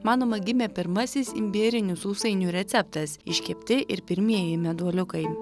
manoma gimė pirmasis imbierinių sausainių receptas iškepti ir pirmieji meduoliukai